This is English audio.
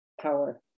power